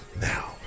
Now